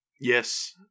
Yes